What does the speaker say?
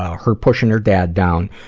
ah her pushing her dad down,